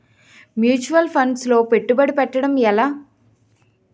Mutual funds లో పెట్టుబడి పెట్టడం ఎలా?